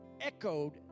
echoed